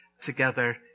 together